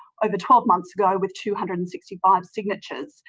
over twelve months ago with two hundred and sixty five signatures.